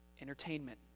entertainment